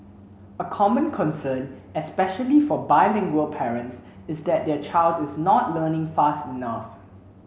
a common concern especially for bilingual parents is that their child is not learning fast enough